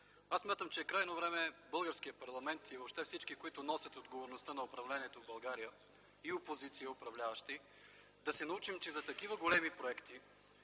смятам, че е крайно време българският парламент и въобще всички, които носят отговорността за управлението в България – и опозиция, и управляващи, да се научим, че за такива големи проекти,